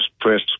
press